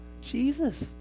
Jesus